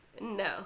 no